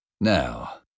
Now